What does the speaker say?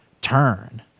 turn